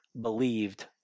believed